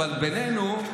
אבל בינינו,